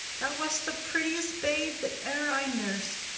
thou wast the prettiest babe that e'er i nurs'd.